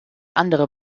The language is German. andere